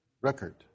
record